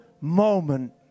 moment